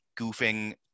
goofing